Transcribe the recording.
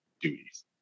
duties